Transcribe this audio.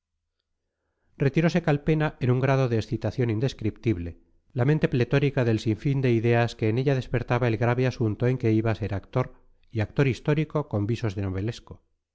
retirose calpena en un grado de excitación indescriptible la mente pletórica del sin fin de ideas que en ella despertaba el grave asunto en que iba a ser actor y actor histórico con visos de novelesco